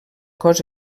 cos